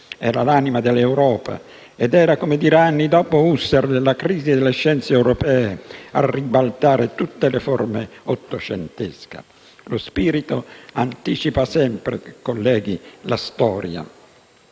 Era l'anima dell'Europa ed era, come dirà anni dopo Husserl, la crisi delle scienze europee a ribaltare tutte le forme ottocentesche. Colleghi, lo spirito anticipa sempre la storia.